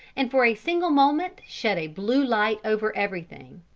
and for a single moment shed a blue light over everything.